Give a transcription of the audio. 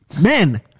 Men